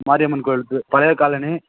மாரியம்மன் கோவில் தெரு பழைய காலனி